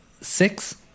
six